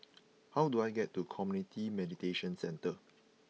how do I get to Community Mediation Centre